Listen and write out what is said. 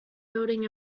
building